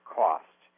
cost